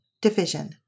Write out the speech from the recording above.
Division